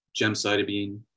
gemcitabine